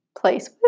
place